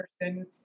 person